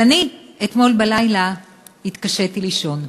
אבל אני אתמול בלילה התקשיתי לישון.